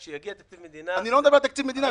כשיגיע תקציב מדינה --- אני לא מדבר על תקציב מדינה.